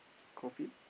coffee